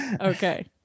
okay